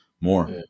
more